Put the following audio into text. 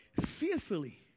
fearfully